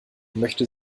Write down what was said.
möchte